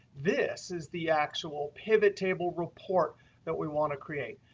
this is the actual pivot table report that we want to create.